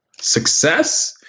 Success